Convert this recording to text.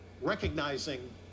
recognizing